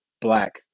black